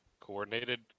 Coordinated